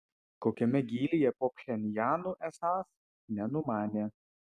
kokiame gylyje po pchenjanu esąs nenumanė